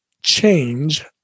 change